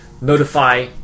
notify